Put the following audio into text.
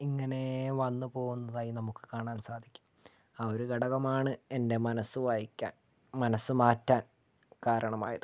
ഇങ്ങനെ വന്ന് പോകുന്നതായി നമുക്ക് കാണാൻ സാധിക്കും ആ ഒരു ഘടകമാണ് എൻ്റെ മനസ്സു വായിക്കാൻ മനസ്സ് മാറ്റാൻ കാരണമായത്